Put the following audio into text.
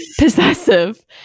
possessive